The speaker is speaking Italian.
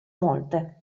molte